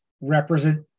represent